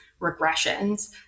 regressions